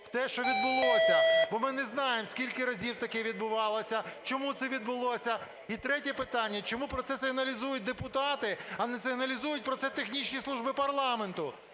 те, що відбулося, бо ми не знаємо, скільки разів таке відбувалося, чому це відбулося. І третє питання. Чому про це сигналізують депутати, а не сигналізують про це технічні служби парламенту?